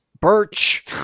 birch